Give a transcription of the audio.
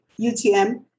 UTM